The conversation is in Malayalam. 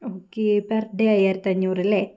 ഓക്കെ പെർ ഡേ അയ്യായിരത്തി അഞ്ഞൂറ് അല്ലേ